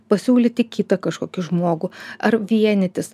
pasiūlyti kitą kažkokį žmogų ar vienytis